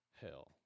hell